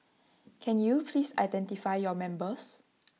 can you please identify your members